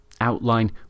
outline